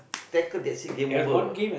tackle that's it game over